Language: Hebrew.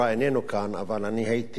אבל אני הייתי ממליץ